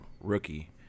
rookie